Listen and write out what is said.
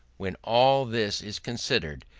when all this is considered,